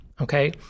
Okay